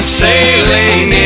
sailing